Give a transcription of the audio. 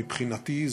מבחינתי,